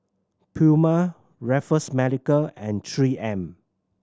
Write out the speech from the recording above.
Puma Raffles Medical and Three M